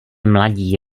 mladí